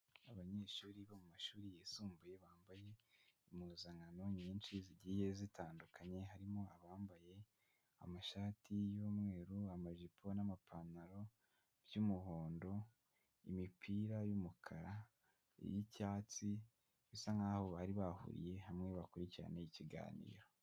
Abanyeshuri bo mu mashuri yisumbuye bambaye impuzankano nyinshi zigiye zitandukanye, harimo abambaye amashati y'umweru, amajipo n'amapantaro by'umuhondo, imipira y'umukara iy'icyatsi bisa nkaho bari bahuriye hamwe bakurikirana ikiganiro.